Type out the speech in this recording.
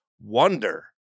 wonder